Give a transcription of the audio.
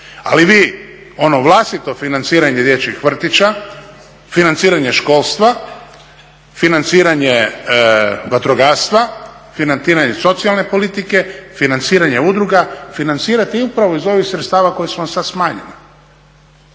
Ali vi ono vlastito financiranje dječjih vrtića, financiranje školstva, financiranje vatrogastva, financiranje socijalne politike, financiranje udruga financirati upravo iz ovih sredstava koja su vam sad smanjena.